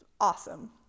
awesome